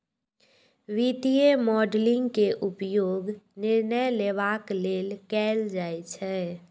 वित्तीय मॉडलिंग के उपयोग निर्णय लेबाक लेल कैल जाइ छै